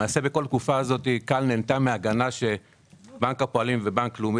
למעשה בכל התקופה הזאת כאל נהנתה מהגנה שבנק הפועלים ובנק לאומי